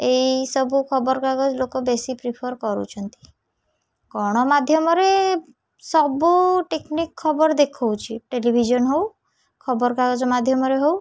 ଏଇସବୁ ଖବରକାଗଜ ଲୋକ ବେଶୀ ପ୍ରିଫର୍ କରୁଛନ୍ତି କ'ଣ ମାଧ୍ୟମରେ ସବୁ ଟିଖ୍ନିଖ୍ ଖବର ଦେଖଉଛି ଟେଲିଭିଜନ୍ ହଉ ଖବରକାଗଜ ମାଧ୍ୟମରେ ହଉ